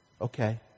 okay